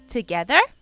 Together